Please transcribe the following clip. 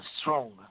Strong